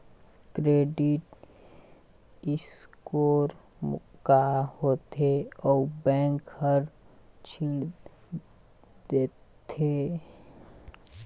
Credit score का होथे अउ बैंक हर ऋण देहे बार क्रेडिट स्कोर ला काबर देखते?